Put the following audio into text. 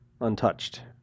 untouched